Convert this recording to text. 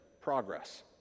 progress